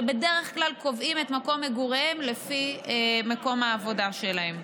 שבדרך כלל קובעים את מקום מגוריהם לפי מקום העבודה שלהם.